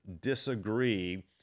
disagree